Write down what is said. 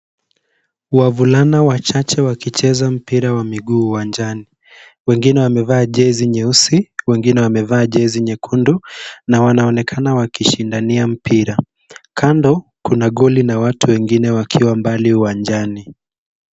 Wavulana wachache wakicheza mpira wa miguu uwanjani. Wengine wamevaa jezi nyeusi, wengine wamevaa jezi nyekundu, na wanaonekana wakishindania mpira. Kando, kuna goli na watu wengine wakiwa mbali uwanjani.